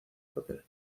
papel